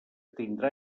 tindrà